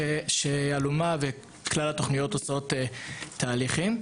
שאלומה וכלל התוכניות עושות תהליכים,